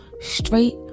straight